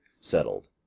settled